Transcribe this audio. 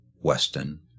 Weston